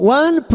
one